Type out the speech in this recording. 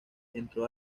entró